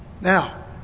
Now